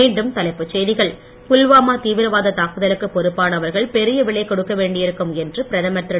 மீண்டும் தலைப்புச் செய்திகள் புல்வாமா தீவிரவாதத் தாக்குதலுக்கு பொறுப்பானவர்கள் பெரிய விலை கொடுக்க வேண்டியிருக்கும் என்று பிரதமர் திரு